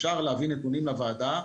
אפשר להביא נתונים לוועדה.